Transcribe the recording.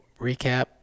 recap